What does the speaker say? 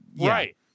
Right